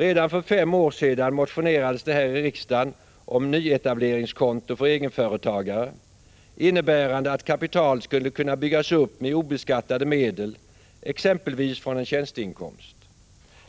Redan för fem år sedan motionerades det här i riksdagen om nyetableringskonto för egenföretagare, innebärande att kapital skulle kunna byggas upp med obeskattade medel, exempelvis från en tjänsteinkomst.